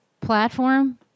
platform